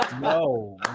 no